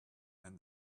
than